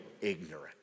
ignorant